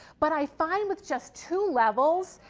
but i find with just two levels,